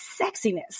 sexiness